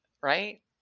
right